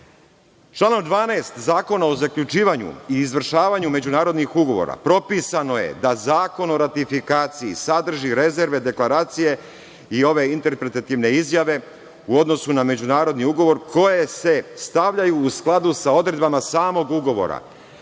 12. Zakona o zaključivanju i izvršavanju međunarodnih ugovora propisano je da zakon o ratifikaciji sadrži rezerve deklaracije i ove interpretativne izjave u odnosu na međunarodni ugovor, koje se stavljaju u skladu sa odredbama samog ugovora.